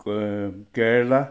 ক কেৰেলা